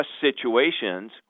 situations